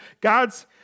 God's